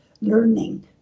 learning